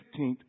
15th